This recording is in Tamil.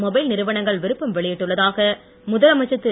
மொபைல் நிறுவனங்கள் விருப்பம் வெளியிட்டுள்ளதாக முதலமைச்சர் திரு